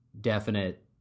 definite